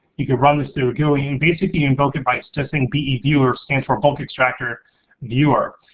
you can run this through a gooey and basically invoke it by just in beviewer, stands for bulk extractor viewer.